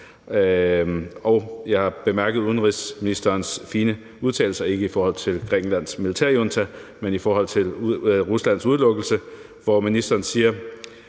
Og jeg bemærkede udenrigsministerens fine udtalelser, ikke i forhold til Grækenlands militærjunta, men i forhold til Ruslands udelukkelse, hvor ministeren sagde,